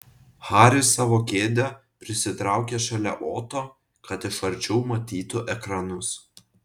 haris savo kėdę prisitraukė šalia oto kad iš arčiau matytų ekranus